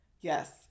Yes